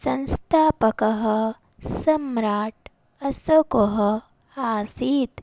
संस्थापकः सम्राट् अशोकः आसीत्